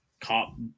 cop